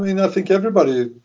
mean, i think everybody, at